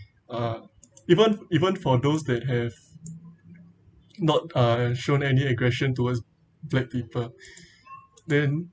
uh even even for those that have not uh shown any aggression towards black people then